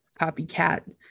copycat